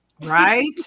Right